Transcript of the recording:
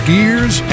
Gears